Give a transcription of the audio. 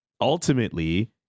ultimately